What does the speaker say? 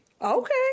Okay